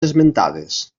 esmentades